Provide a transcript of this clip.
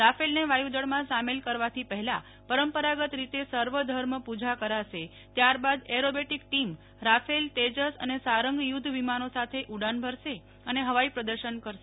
રાફેલન વાયુ દળમાં સામેલ કરવાથી પહેલા પરંપરાગત રીતે સર્વધર્મ પુજા કરાશે ત્યારબાદ એરોબેટીક ટીમ રાફેલ તેજસ અને સારંગ યુધ્ધ વિમાનો સાથે ઉડાન ભરશે અને હવાઈ પ્રર્દશન કરશે